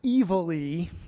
evilly